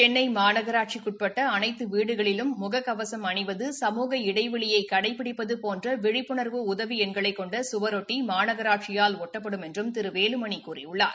சென்னை மாநகராட்சிக்கு உட்பட்ட அனைத்து வீடுகளிலும் முக கவசம் அணிவது சமூக இடைவெளியை கடைபிடிப்பது போன்ற விழிப்பணா்வுடன் உதவி எண்களைக் கொண்ட சுவரொட்டி மாநகராட்சியால் ஒட்டப்படும் என்றும் திரு வேலுமணி கூறியுள்ளார்